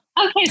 okay